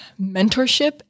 mentorship